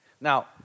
now